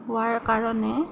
হোৱাৰ কাৰণে